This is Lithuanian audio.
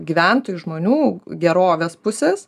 gyventojų žmonių gerovės pusės